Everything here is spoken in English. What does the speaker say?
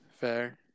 fair